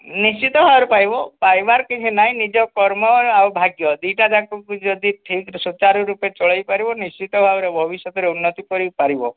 ନିଶ୍ଚିତ ଭାବରେ ପାଇବ ପାଇବାର କିଛି ନାହିଁ ନିଜ କର୍ମ ଆଉ ଭାଗ୍ୟ ଦୁଇଟା ଯାକକୁ ଯଦି ଠିକ୍ ସୁଚାରୁ ରୂପେ ଚଳେଇ ପାରିବ ନିଶ୍ଚିତ ରୂପେ ଭବିଷ୍ୟତରେ ଉନ୍ନତି କରିପାରିବ